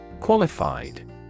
Qualified